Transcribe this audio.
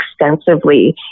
extensively